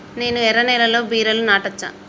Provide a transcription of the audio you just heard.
నేను ఎర్ర నేలలో బీరలు నాటచ్చా?